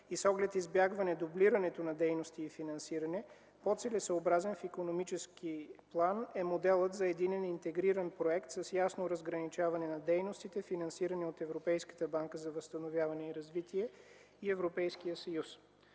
и с оглед избягване дублирането на дейности и финансиране, по-целесъобразен в икономически план е моделът за единен интегриран проект с ясно разграничаване на дейностите, финансирани от Европейската банка за възстановяване и развитие и Европейския съюз.